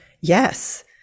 Yes